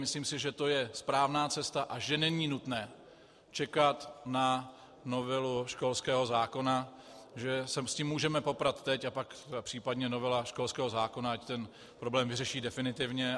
Myslím si, že to je správná cesta a že není nutné čekat na novelu školského zákona, že se s tím můžeme poprat teď, a pak případně novela školského zákona ať ten problém vyřeší definitivně.